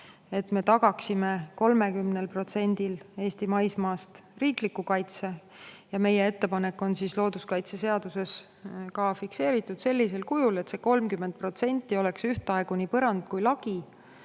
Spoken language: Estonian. et me tagaksime 30%-l Eesti maismaast riikliku kaitse. Meie ettepanek on looduskaitseseaduses fikseeritud sellisel kujul, et 30% oleks ühtaegu nii põrand kui ka